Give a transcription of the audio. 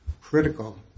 critical